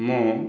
ମୁଁ